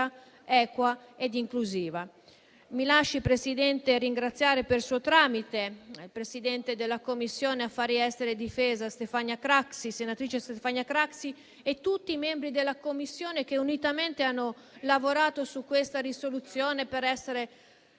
equa e inclusiva. Mi lasci, Presidente, ringraziare per suo tramite il presidente della Commissione affari esteri e difesa, senatrice Stefania Craxi, e tutti i membri della Commissione che unitamente hanno lavorato su questa risoluzione, per essere